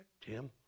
Tim